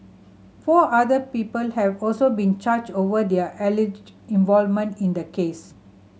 four other people have also been charged over their alleged involvement in the case